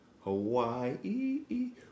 Hawaii